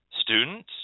students